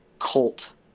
cult